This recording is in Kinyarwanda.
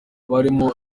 barimo